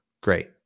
Great